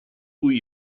cui